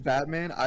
Batman